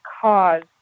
cause